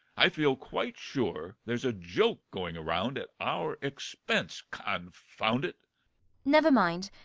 i feel quite sure there's a joke going round at our expense. confound it never mind.